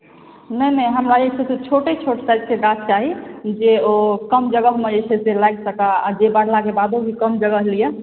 नहि नहि हमरा जे छै से छोटे छोट साइके गाछ चाही जे ओ कम जगह मे जे छै लागि सकय लगेलाक बादो जे कम जगह लिअ